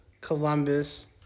Columbus